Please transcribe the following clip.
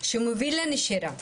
שמוביל לנשירה,